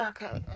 Okay